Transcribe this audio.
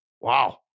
Wow